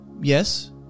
Yes